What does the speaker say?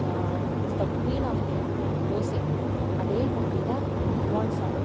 is the queen of the music அதே மாதிரிதான் யுவன் சாரும்